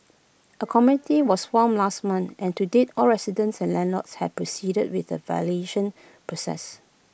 A committee was formed last month and to date all residents and landlords have proceeded with the valuation process